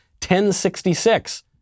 1066